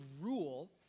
rule